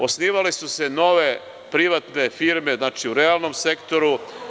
Osnivale su se nove privatne firme, znači, u realnom sektoru.